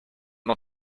not